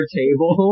table